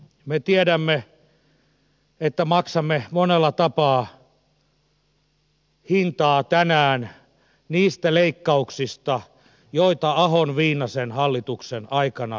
me tiedämme että maksamme monella tapaa hintaa tänään niistä leikkauksista joita ahonviinasen hallituksen aikana toteutettiin